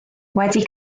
wedi